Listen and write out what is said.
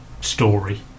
story